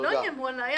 לא איימו עלי.